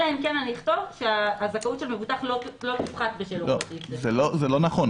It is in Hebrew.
אלא אם כן אני אכתוב שהזכאות של מבוטח לא תופחת בשל --- זה לא נכון.